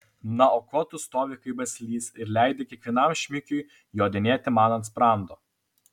na o ko tu stovi kaip baslys ir leidi kiekvienam šmikiui jodinėti man ant sprando